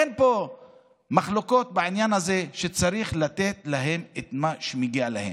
אין מחלוקת בעניין הזה שצריך לתת להם את מה שמגיע להם.